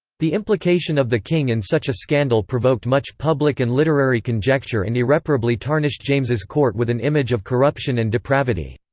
the implication of the king in such a scandal provoked much public and literary conjecture and irreparably tarnished james's court with an image of corruption and depravity.